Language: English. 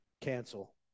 cancel